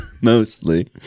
Mostly